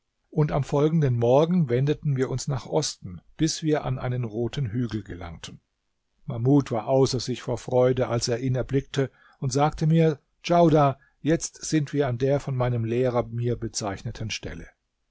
und am folgenden morgen wendeten wir uns nach osten bis wir an einen roten hügel gelangten mahmud war außer sich vor freude als er ihn erblickte und sagte mir djaudar jetzt sind wir an der von meinem lehrer mir bezeichneten stelle